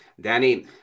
Danny